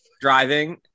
driving